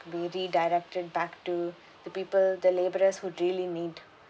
be redirected back to the people the labourers who really need